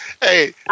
Hey